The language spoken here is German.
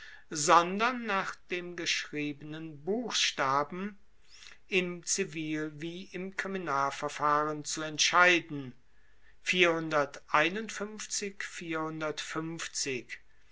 sondern nach dem geschriebenen buchstaben im zivil wie im kriminalverfahren zu entscheiden